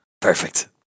Perfect